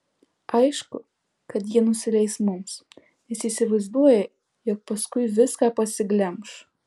aišku kad jie nusileis mums nes įsivaizduoja jog paskui viską pasiglemš